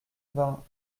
vingts